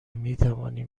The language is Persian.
میتوانیم